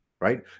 right